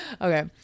Okay